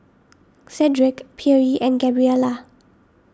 Cedrick Pierre and Gabriella